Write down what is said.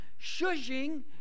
Shushing